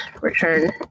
return